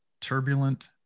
turbulent